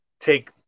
take